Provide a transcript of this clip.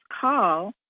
call